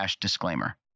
disclaimer